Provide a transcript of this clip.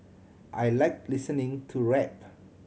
I like listening to rap